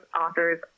authors